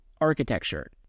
architecture